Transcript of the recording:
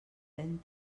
ven